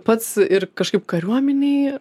pats ir kažkaip kariuomenėj